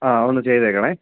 ആ ഒന്നു ചെയ്തേക്കണേ